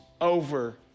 over